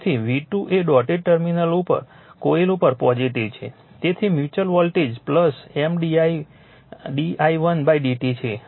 તેથી V2 એ dotted terminal coil ઉપર પોઝિટીવ છે તેથી mutual voltage M d I d i1 dt છે